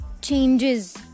changes